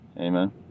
Amen